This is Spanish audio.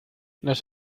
los